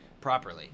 properly